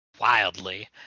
Wildly